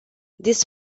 this